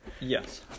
Yes